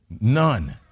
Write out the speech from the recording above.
none